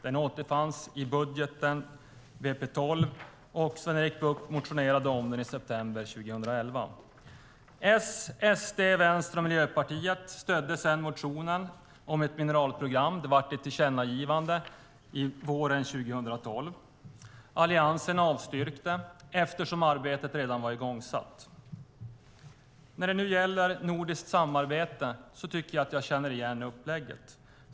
Den återfanns i budgeten, VP 2012, och Sven-Erik Bucht väckte motion om den i september 2011. Socialdemokraterna, Sverigedemokraterna, Vänsterpartiet och Miljöpartiet stödde sedan motionen om ett mineralprogram. Det blev ett tillkännagivande våren 2012. Alliansen avstyrkte eftersom arbetet redan var igångsatt. När det nu gäller nordiskt samarbete tycker jag mig känna igen upplägget.